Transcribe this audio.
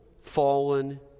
fallen